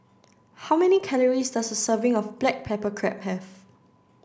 how many calories does a serving of black pepper crab have